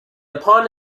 upon